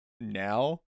now